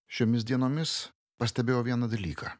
šiomis dienomis pastebėjau vieną dalyką